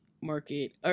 market